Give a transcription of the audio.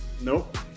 Nope